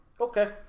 Okay